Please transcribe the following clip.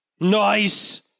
Nice